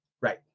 Right